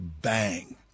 bang